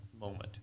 moment